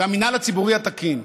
והמינהל הציבורי התקין,